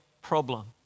problem